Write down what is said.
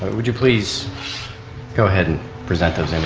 would you please go ahead and present those and